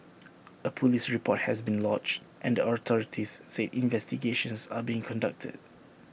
A Police report has been lodged and the authorities said investigations are being conducted